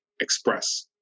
express